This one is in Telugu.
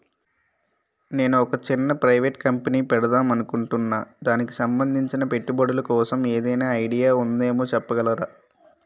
నేను ఒక చిన్న ప్రైవేట్ కంపెనీ పెడదాం అనుకుంటున్నా దానికి సంబందించిన పెట్టుబడులు కోసం ఏదైనా ఐడియా ఉందేమో చెప్పగలరా?